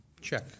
check